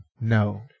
No